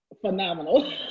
phenomenal